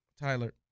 Tyler